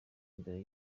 imbere